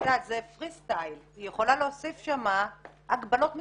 זה פריסטייל, היא יכולה להוסיף שם הגבלות מסוימות,